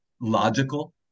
logical